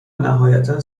نهایتا